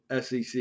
SEC